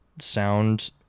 sound